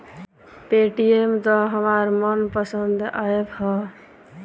Paytm त हमार मन पसंद ऐप ह